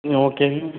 ம் ஓகேங்க